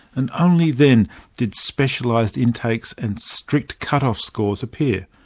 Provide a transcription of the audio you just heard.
and only then did specialised intakes and strict cut-off scores appear.